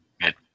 good